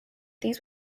these